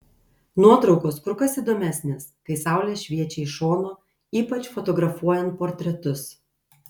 nuotraukos kur kas įdomesnės kai saulė šviečia iš šono ypač fotografuojant portretus